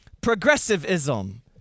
progressivism